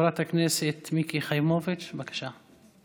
חברת הכנסת מיקי חיימוביץ', בבקשה.